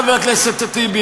חבר הכנסת טיבי,